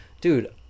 dude